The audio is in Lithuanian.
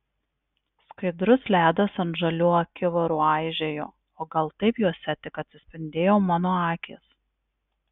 skaidrus ledas ant žalių akivarų aižėjo o gal taip juose tik atsispindėjo mano akys